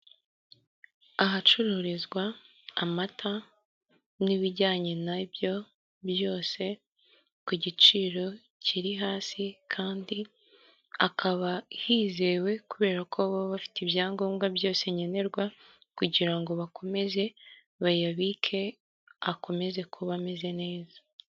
Ahacururizwa amata n'ibijyanye nabyo byose, ku giciro kiri hasi kandi hakaba hizewe kubera ko baba bafite ibyangombwa byose nkenerwa, kugira ngo bakomeze bayabike akomeze kuba ameze neza.